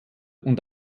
und